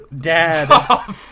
dad